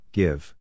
give